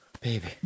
baby